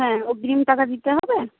হ্যাঁ অগ্রিম টাকা দিতে হবে